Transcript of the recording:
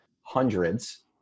hundreds